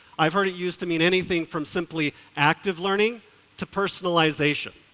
i've heard it used to mean anything from simply active learning to personalization.